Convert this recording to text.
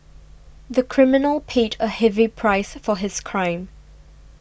the criminal paid a heavy price for his crime